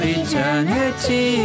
eternity